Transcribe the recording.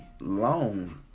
long